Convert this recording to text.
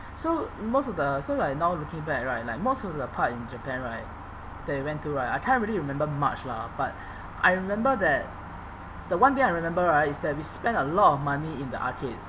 so most of the so like now looking back right like most of the part in japan right that we went to right I can't really remember much lah but I remember that the one thing I remember right is that we spent a lot of money in the arcades